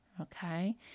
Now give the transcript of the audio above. okay